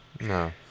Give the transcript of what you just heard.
no